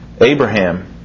Abraham